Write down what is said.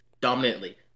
Dominantly